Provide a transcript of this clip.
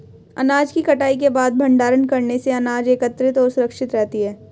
अनाज की कटाई के बाद भंडारण करने से अनाज एकत्रितऔर सुरक्षित रहती है